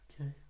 Okay